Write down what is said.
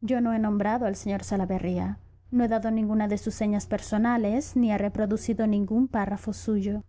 yo no he nombrado al sr salaverría no he dado ninguna de sus señas personales ni he reproducido ningún párrafo suyo